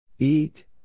Eat